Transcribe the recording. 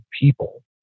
people